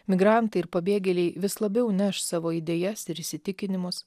migrantai ir pabėgėliai vis labiau neš savo idėjas ir įsitikinimus